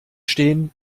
stehen